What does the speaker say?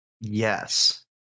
Yes